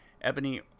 Ebony